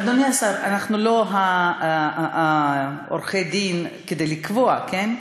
אדוני השר, אנחנו לא עורכי דין כדי לקבוע, כן?